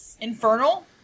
Infernal